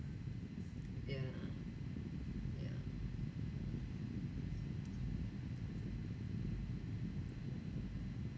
yeah yeah